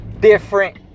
different